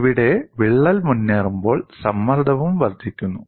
ഇവിടെ വിള്ളൽ മുന്നേറുമ്പോൾ സമ്മർദ്ദം വർദ്ധിക്കുന്നു